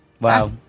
Wow